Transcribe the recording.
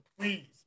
please